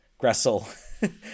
Gressel